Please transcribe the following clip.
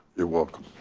you're welcome,